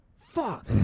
fuck